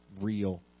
real